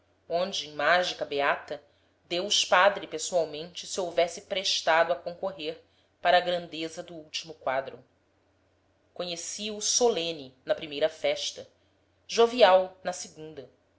onde em mágica beata deus padre pessoalmente se houvesse prestado a concorrer para a grandeza do último quadro conheci-o solene na primeira festa jovial na segunda